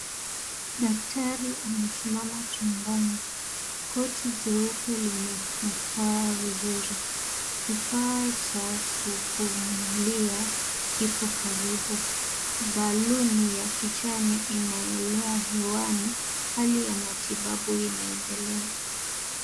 Daktari amesimama chumbani. Koti jeupe limemkaa vizuri. Kifaa cha kupumlia kipo karibu. Baluni ya kijani inaelea hewani. Hali ya matibabu inaendelea.